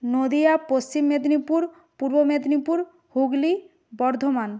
Nadia Paschim Medinipur Purba Medinipur Hooghly Bardhaman